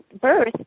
birth